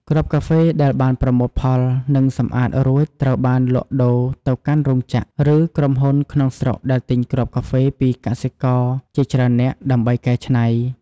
គ្រាប់កាហ្វេដែលបានប្រមូលផល និងសម្អាតរួចត្រូវបានលក់ដូរទៅកាន់រោងចក្រ ឬក្រុមហ៊ុនក្នុងស្រុកដែលទិញគ្រាប់កាហ្វេពីកសិករជាច្រើននាក់ ដើម្បីកែច្នៃ។